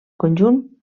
conjunt